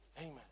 Amen